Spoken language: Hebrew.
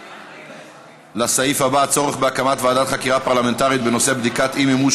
בנושא: הצורך בהקמת ועדת חקירה פרלמנטרית לבדיקת אי-מימוש